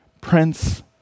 prince